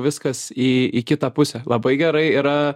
viskas į į kitą pusę labai gerai yra